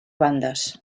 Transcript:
bandes